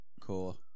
cool